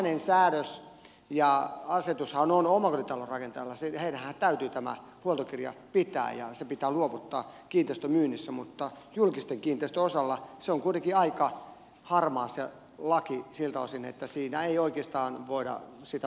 tämmöinen säädös ja asetushan on omakotitalon rakentajalla heidänhän täytyy tätä huoltokirja pitää ja se pitää luovuttaa kiinteistön myynnissä mutta julkisten kiinteistöjen osalta laki on kuitenkin aika harmaa siltä osin että siinä ei oikeastaan voida sitä vaatia